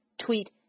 Tweet